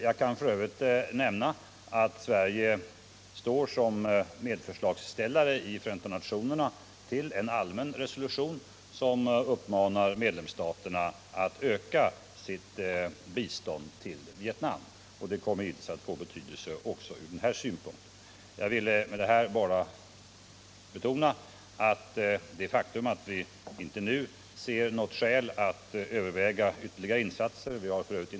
Jag kan f. ö. nämna att Sverige står som medförslagställare i FN till en allmän resolution som uppmanar medlemsstaterna att öka sitt bistånd till Vietnam. Det kommer givetvis att få betydelse också ur den här synpunkten. Jag har med detta bara velat betona att det förhållandet att vi nu inte ser något skäl att överväga ytterligare insatser — vi har f.ö.